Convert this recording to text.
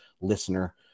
listener